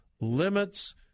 limits